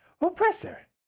Oppressor